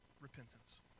repentance